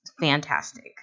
fantastic